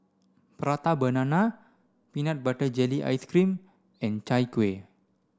prata banana peanut butter jelly ice cream and Chai Kueh